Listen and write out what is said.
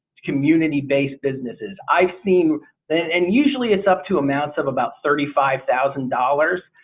community based businesses. i've seen that and usually it's up to amounts of about thirty-five thousand dollars.